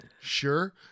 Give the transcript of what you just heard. Sure